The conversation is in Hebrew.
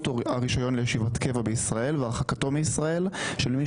או הרישיון לישיבת קבע בישראל והרחקתו מישראל של מי